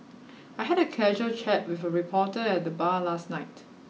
I had a casual chat with a reporter at the bar last night